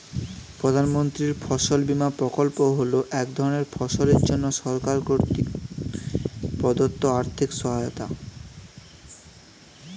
প্রধানমন্ত্রীর ফসল বিমা প্রকল্প হল এক ধরনের ফসলের জন্য সরকার কর্তৃক প্রদত্ত আর্থিক সহায়তা